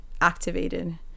activated